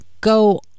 go